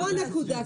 פה הנקודה.